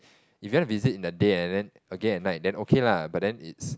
if you want to visit in a day and then again at night then okay lah but then is